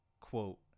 quote